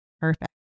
perfect